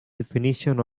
definition